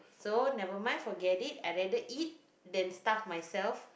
so never mind forget it I rather eat then starve myself